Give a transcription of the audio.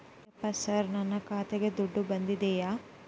ಯಪ್ಪ ಸರ್ ನನ್ನ ಖಾತೆಗೆ ದುಡ್ಡು ಬಂದಿದೆಯ?